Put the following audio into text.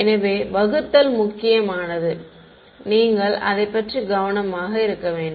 எனவே வகுத்தல் முக்கியமானது எனவே நீங்கள் அதைப் பற்றி கவனமாக இருக்க வேண்டும்